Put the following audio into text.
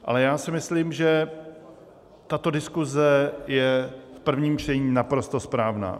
Ale já si myslím, že tato diskuse je v prvním čtení naprosto správná.